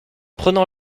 prenant